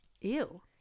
Ew